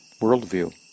worldview